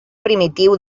primitiu